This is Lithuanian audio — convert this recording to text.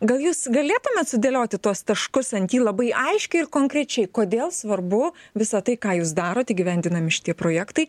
gal jūs galėtumėt sudėlioti tuos taškus ant i labai aiškiai ir konkrečiai kodėl svarbu visa tai ką jūs darot įgyvendinami šitie projektai